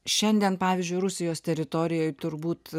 šiandien pavyzdžiui rusijos teritorijoj turbūt